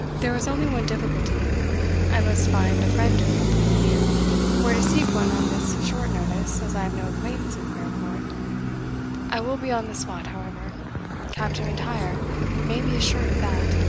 there is only one difficulty i must find a friend to accompany me, and where to seek one on this short notice, as i have no acquaintance in fairport i will be on the spot, however captain m'intyre may be assured of that.